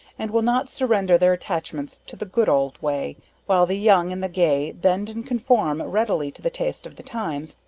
and will not surrender their attachments to the good old way while the young and the gay, bend and conform readily to the taste of the times,